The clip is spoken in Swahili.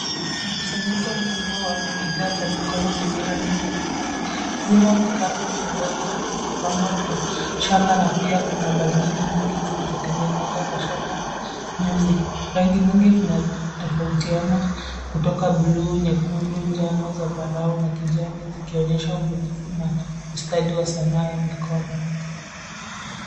Mkusanyiko mkubwa wa bidhaa za mikono zenye rangi mbalimbali. Zimo vikapu vidogo vilivyopambwa kwa shanga na pia kuna bangili nyingi zilizotengenezwa kwa shanga na nyuzi. Rangi nyingi zinatofautiana kutoka buluu ,nyekundu, njano, zambarau na kijani, zikionyesha ubunifu na ustadi wa sanaa ya mikono.